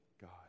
God